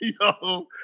Yo